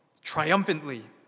triumphantly